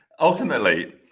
ultimately